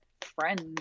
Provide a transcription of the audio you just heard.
friends